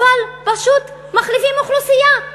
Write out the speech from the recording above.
אבל פשוט מחליפים את האוכלוסייה,